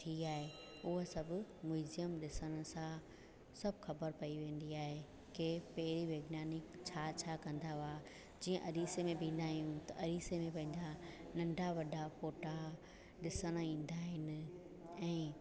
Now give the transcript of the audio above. थी आहे हू सभु म्यूजियम ॾिसण सां सभु ख़बर पई वेंदी आहे के पहिरीं वैज्ञानिक छा छा कंदा हुआ जीअं अरीसे में वेंदा आहियूं अरीसे में वेंदा नंढा वॾा फ़ोटा ॾिसणु ईंदा आहिनि ऐं